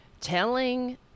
telling